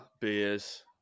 beers